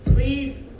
Please